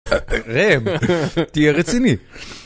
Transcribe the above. ראם, תהיה רציני